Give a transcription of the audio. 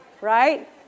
Right